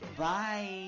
Bye